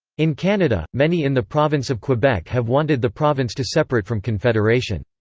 in canada, many in the province of quebec have wanted the province to separate from confederation.